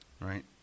right